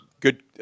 good